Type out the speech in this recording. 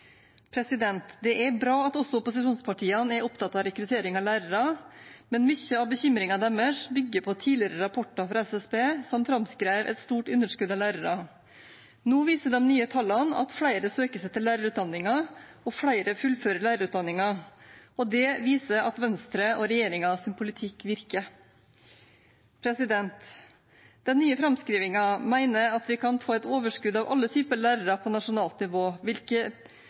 Det er bra at også opposisjonspartiene er opptatt av rekruttering av lærere, men mye av bekymringen deres bygger på tidligere rapporter fra SSB, som framskrev et stort underskudd av lærere. Nå viser de nye tallene at flere søker seg til lærerutdanningen, og at flere fullfører den. Det viser at Venstres og regjeringens politikk virker. Den nye framskrivingen mener at vi kan få et overskudd av alle typer lærere på nasjonalt nivå